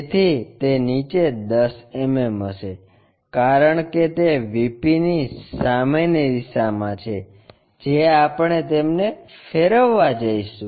તેથી તે નીચે 10 mm હશે કારણ કે તે VP ની સામેની દિશા છે જે આપણે તેમને ફેરવવા જઈશું